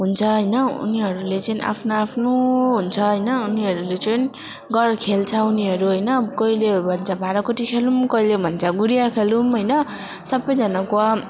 हुन्छ होइन उनीहरूले चाहिँ आफ्नो आफ्नो हुन्छ होइन उनीहरूले चाहिँ गर् खेल्छ उनीहरू होइन कोहीले भन्छ भाँडाकुटी खेलौँ कोहीले भन्छ गुडिया खेलौँ होइन सबजनाको